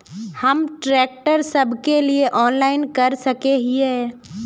हम ट्रैक्टर सब के लिए ऑनलाइन कर सके हिये?